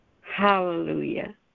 Hallelujah